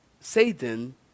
Satan